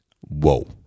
Whoa